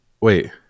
Wait